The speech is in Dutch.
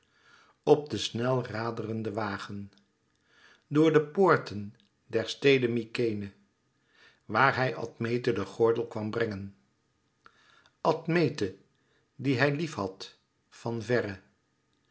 op den snel raderenden wagen door de poorten der stede mykenæ waar hij admete den gordel kwam brengen admete die hij lief had van verre